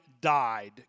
died